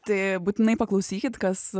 tai būtinai paklausykit kas